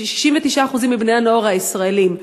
69% מבני-הנוער הישראלים.